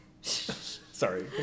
Sorry